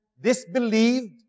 disbelieved